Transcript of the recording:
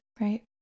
Right